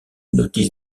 notice